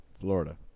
Florida